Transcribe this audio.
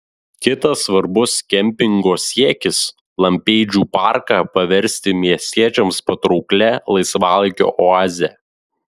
kitas svarbus kempingo siekis lampėdžių parką paversti miestiečiams patrauklia laisvalaikio oaze